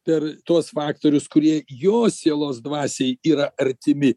per tuos faktorius kurie jo sielos dvasiai yra artimi